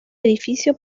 edificio